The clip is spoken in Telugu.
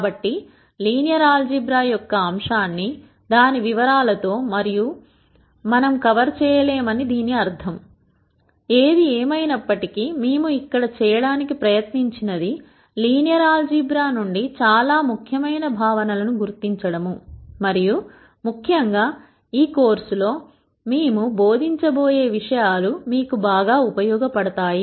కాబట్టి లీనియర్ ఆల్ జీబ్రా యొక్క అంశాన్ని దాని వివరాలతో మనం కవర్ చేయ లే మని దీని అర్థం ఏది ఏమయినప్పటికీ మేము ఇక్కడ చేయటానికి ప్రయత్నించినది లీనియర్ ఆల్ జీబ్రా నుండి చాలా ముఖ్యమైన భావనలను గుర్తించడం మరియు ముఖ్యంగా ఈ కోర్సులో మేము బోధించబోయే విషయాలు మీకు బాగా ఉపయోగపడతాయి